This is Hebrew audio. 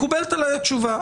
מקובלת עליי התשובה,